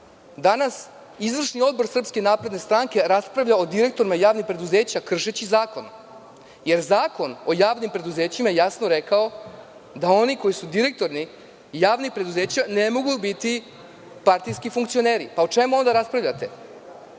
danas izvršni odbor SNS raspravlja o direktorima javnih preduzeća kršeći zakon, jer Zakon o javnim preduzećima je jasno rekao da oni koji su direktori javnih preduzeća ne mogu biti partijski penzioneri. O čemu onda raspravljate?